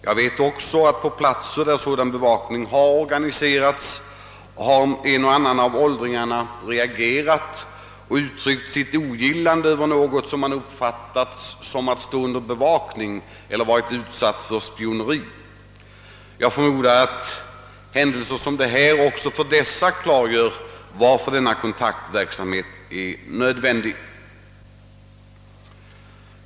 Jag vet också att på platser där sådan bevakning har organiserats, har en och annan av åldringarna reagerat och uttryckt sitt ogillande över något som man uppfattat som att de ställs under bevakning eller är utsatta för spioneri. Jag förmodar att händelser som denna också för dessa klargör varför denna kontaktverksamhet är nödvändig.